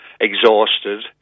exhausted